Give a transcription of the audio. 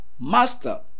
Master